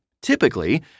Typically